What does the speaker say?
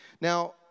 Now